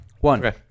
One